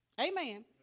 Amen